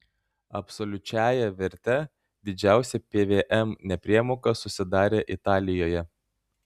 absoliučiąja verte didžiausia pvm nepriemoka susidarė italijoje